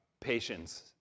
patience